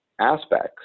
aspects